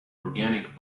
organic